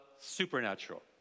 supernatural